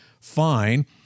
fine